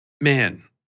man